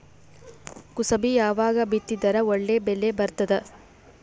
ಕುಸಬಿ ಯಾವಾಗ ಬಿತ್ತಿದರ ಒಳ್ಳೆ ಬೆಲೆ ಬರತದ?